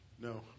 No